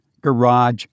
garage